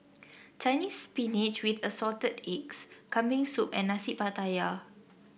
Chinese Spinach with Assorted Eggs Kambing Soup and Nasi Pattaya